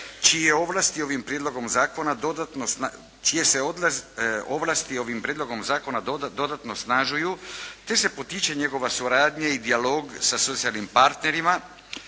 čije se ovlasti ovim prijedlogom zakona dodatno osnažuju te se potiče njegova suradnja i dijalog sa socijalnim partnerima